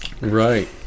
right